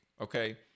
okay